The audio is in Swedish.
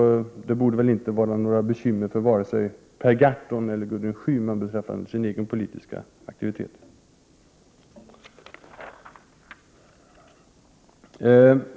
Det borde inte ge vare sig Per Gahrton eller Gudrun Schyman några bekymmer beträffande deras egen politiska aktivitet.